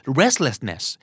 restlessness